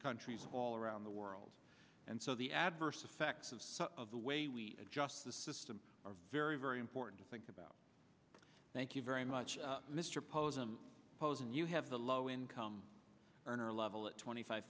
countries all around the world and so the adverse effects of some of the way we adjust the system are very very important to think about thank you very much mr posen posen you have the low income earner level at twenty five